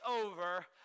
over